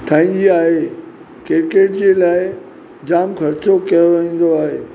ठाहिंदी आहे क्रिकेट जे लाइ जामु ख़र्चो कयो वेंदो आहे